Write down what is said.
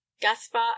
gaspar